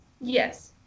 Yes